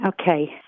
Okay